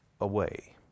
away